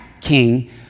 king